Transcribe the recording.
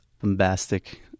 bombastic